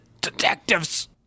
detectives